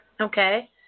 Okay